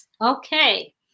Okay